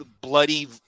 bloody